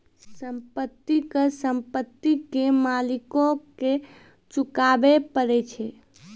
संपत्ति कर संपत्ति के मालिको के चुकाबै परै छै